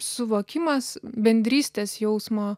suvokimas bendrystės jausmo